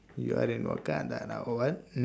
you are in wakandavaa what mm